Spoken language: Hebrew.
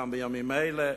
גם בימים האלה.